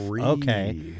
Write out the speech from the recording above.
Okay